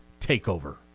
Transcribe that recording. takeover